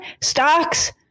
Stocks